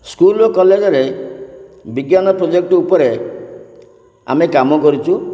school କଲେଜ୍ରେ ବିଜ୍ଞାନ project ଉପରେ ଆମେ କାମ କରିଛୁ